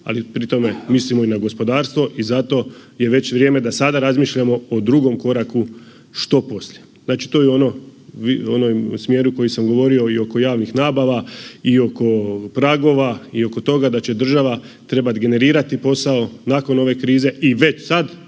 ali pri tome mislimo i na gospodarstvo i zato je već vrijeme da sada razmišljamo o drugom koraku, što poslije. Znači to je u onom smjeru koji sam govorio i oko javnih nabava i oko pragova i oko toga da će država trebati generirati posao nakon ove krize i već sad